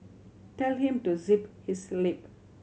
tell him to zip his lip